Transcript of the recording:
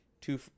two